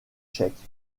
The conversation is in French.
tchèque